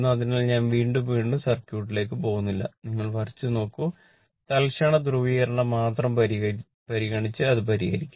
അതിനാൽ ഞാൻ വീണ്ടും വീണ്ടും സർക്യൂട്ടിലേക്ക് പോകുന്നില്ല നിങ്ങൾ വരച്ച് നോക്കൂ തൽക്ഷണ ധ്രുവീകരണം മാത്രം പരിഗണിച്ച് അത് പരിഹരിക്കുക